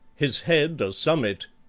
his head a summit,